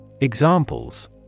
Examples